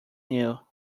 new